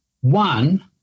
One